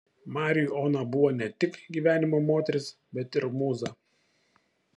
mariui ona buvo ne tik gyvenimo moteris bet ir mūza